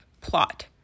plot